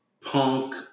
Punk